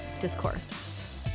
discourse